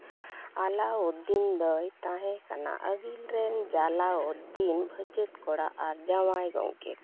ᱟᱞᱟᱣᱩᱫᱫᱤᱱ ᱫᱚᱭ ᱛᱟᱦᱮᱸ ᱠᱟᱱᱟ ᱟᱹᱜᱤᱞ ᱨᱮᱱ ᱡᱟᱞᱟᱣᱩᱫᱫᱤᱱ ᱵᱷᱟᱹᱭᱪᱟᱹᱛ ᱠᱚᱲᱟ ᱟᱨ ᱡᱟᱶᱟᱭ ᱜᱚᱢᱠᱮᱛ